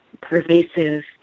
pervasive